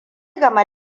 game